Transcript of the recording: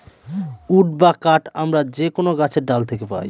would বা কাঠ আমরা যে কোনো গাছের ডাল থাকে পাই